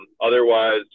Otherwise